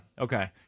Okay